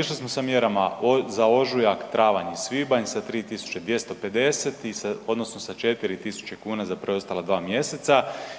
Išli smo sa mjerama za ožujak, travanj i svibanj sa 3.250 odnosno sa 4.000 kuna za preostala 2 mjeseca